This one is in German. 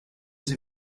sie